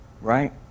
Right